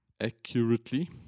accurately